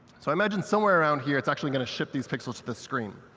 so i imagine somewhere around here, it's actually going to ship these pixels to the screen.